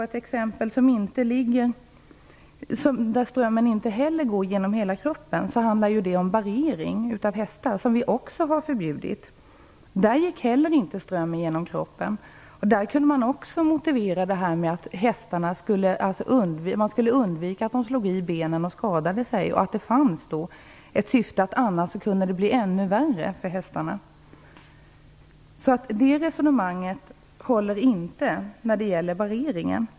Ett exempel där strömmen inte heller går genom hela kroppen är barrering av hästar, som också är förbjudet, vilket innebar att man skulle undvika att hästarna slog i benen och skadade sig. Detta hade alltså ett syfte, eftersom det annars kunde bli ännu värre för hästarna. Därför håller inte resonemanget när det gäller barreringen.